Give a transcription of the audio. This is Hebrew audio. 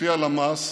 לפי הלמ"ס,